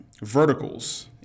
verticals